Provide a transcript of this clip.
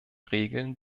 regeln